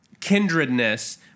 kindredness